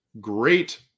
great